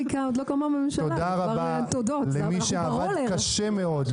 תודה רבה למי שעבד קשה מאוד,